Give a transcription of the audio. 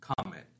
Comment